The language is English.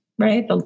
right